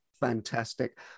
fantastic